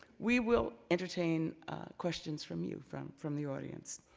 we will entertain questions from you, from from the audience,